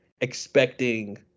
expecting